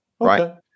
Right